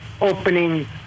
opening